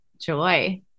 joy